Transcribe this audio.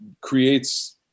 creates